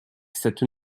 cette